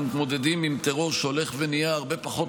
אנחנו מתמודדים עם טרור שהולך ונהיה הרבה פחות